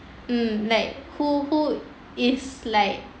mm like who who is like